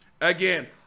Again